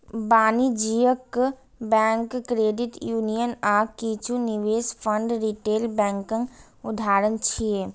वाणिज्यिक bank, credit union आ किछु निवेश फंड रिटेल बैंकक उदाहरण छियै